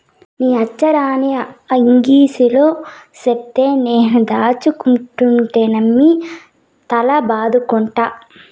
నీ వచ్చీరాని ఇంగిలీసులో చెప్తే నేను దాచ్చనుకుంటినమ్మి తల బాదుకోకట్టా